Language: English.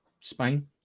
Spain